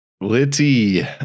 litty